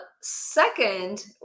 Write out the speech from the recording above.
second